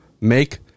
make